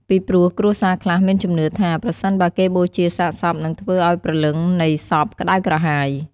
ពីព្រោះគ្រួសារខ្លះមានជំនឿថា ប្រសិនបើគេបូជាសាកសពនិងធ្វើអោយព្រលឹងនៃសពក្ដៅក្រហាយ។